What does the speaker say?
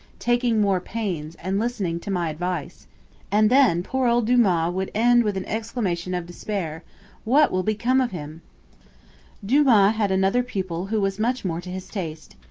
taking more pains, and listening to my advice and then poor old dumas would end with an exclamation of despair what will become of him dumas had another pupil who was much more to his taste.